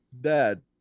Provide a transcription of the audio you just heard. Dad